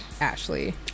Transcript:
Ashley